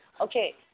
okay